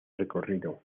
recorrido